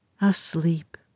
Asleep